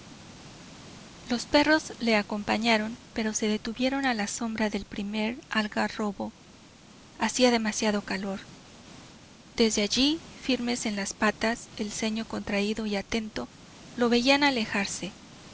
los perros le acompañaron pero se detuvieron a la sombra del primer algarrobo hacía demasiado calor desde allí firmes en las patas el ceño contraído y atento lo veían alejarse